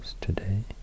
today